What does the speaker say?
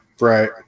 Right